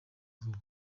vuba